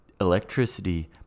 electricity